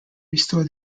restore